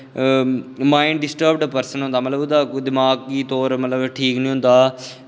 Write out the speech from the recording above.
mind disturbed person होंदा मतलब ओह्दा कोई दमाकी तौर मतलब ठीक निं होंदा ऐ